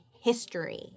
history